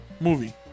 movie